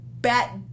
bat